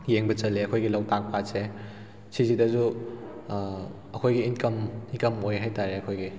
ꯌꯦꯡꯕ ꯆꯠꯂꯦ ꯑꯩꯍꯣꯏꯒꯤ ꯂꯣꯛꯇꯥꯛ ꯄꯥꯠꯁꯦ ꯁꯤꯁꯤꯗꯁꯨ ꯑꯩꯈꯣꯏꯒꯤ ꯏꯟꯀꯝ ꯏꯟꯀꯝ ꯑꯣꯏ ꯍꯥꯏꯇꯥꯔꯦ ꯑꯩꯈꯣꯏꯒꯤ